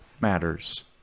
matters